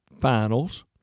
finals